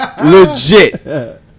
Legit